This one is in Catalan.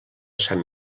sant